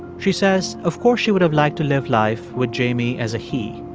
she says of course she would have liked to live life with jamie as a he.